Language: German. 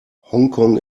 hongkong